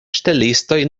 ŝtelistoj